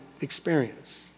experience